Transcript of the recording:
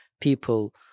people